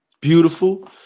beautiful